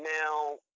Now